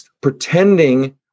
pretending